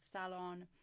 salon